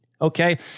okay